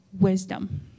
wisdom